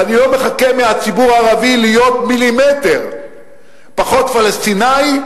ואני לא מחכה מהציבור הערבי להיות מילימטר פחות פלסטיני,